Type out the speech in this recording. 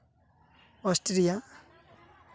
Austria